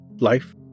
Life